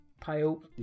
pale